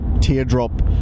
teardrop